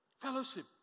Fellowship